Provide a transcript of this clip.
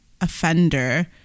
offender